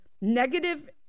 negative